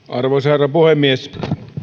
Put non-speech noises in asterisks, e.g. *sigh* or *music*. *unintelligible* arvoisa herra puhemies